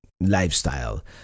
lifestyle